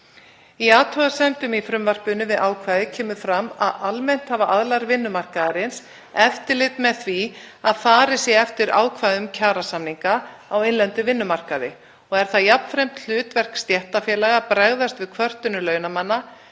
við ákvæðið í frumvarpinu kemur fram að almennt hafa aðilar vinnumarkaðarins eftirlit með því að farið sé eftir ákvæðum kjarasamninga á innlendum vinnumarkaði og er það jafnframt hlutverk stéttarfélaga að bregðast við kvörtunum launamanna